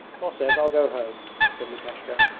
mosev, i'll go home said lukashka,